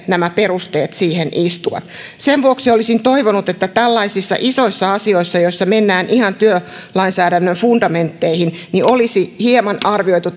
nämä perusteet siihen istuvat sen vuoksi olisin toivonut että tällaisissa isoissa asioissa joissa mennään ihan työlainsäädännön fundamentteihin olisi hieman arvioitu